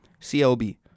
CLB